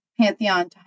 Pantheon